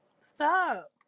stop